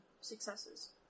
successes